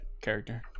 character